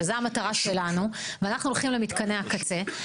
שזו המטרה שלנו ואנחנו הולכים למתקני הקצה,